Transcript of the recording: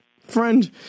friend